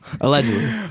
Allegedly